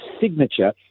signature